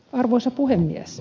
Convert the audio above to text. arvoisa puhemies